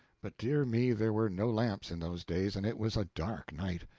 but, dear me, there were no lamps in those days, and it was a dark night.